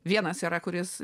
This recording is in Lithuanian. vienas yra kuris